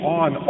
on